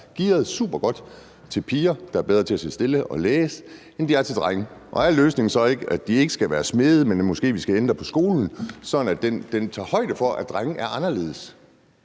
gearet supergodt til piger, der er bedre til at sidde stille og læse, end drenge er? Og er løsningen så ikke, at de ikke skal være smede, men at vi måske skal ændre på skolen, sådan at den tager højde for, at drenge er anderledes?